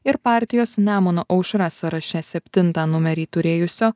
ir partijos nemuno aušra sąraše septintą numerį turėjusio